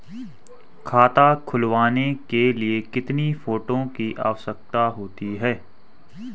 खाता खुलवाने के लिए कितने फोटो की आवश्यकता होती है?